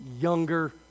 younger